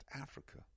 Africa